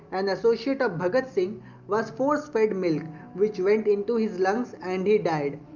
and associate of bhagat singh was force fed milk which went into his lungs and he died,